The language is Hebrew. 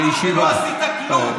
לא עשית כלום.